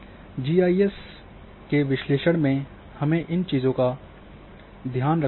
GIS के विश्लेषण में हमें इन चीज़ों का ध्यान रखना होगा